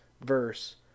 verse